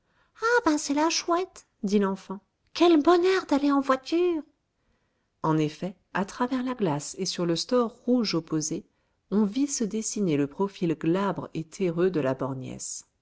ah ben c'est la chouette dit l'enfant quel bonheur d'aller en voiture en effet à travers la glace et sur le store rouge opposé on vit se dessiner le profil glabre et terreux de la